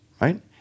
right